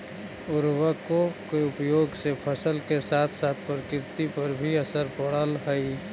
उर्वरकों के उपयोग से फसल के साथ साथ प्रकृति पर भी असर पड़अ हई